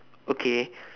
okay